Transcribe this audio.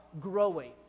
growing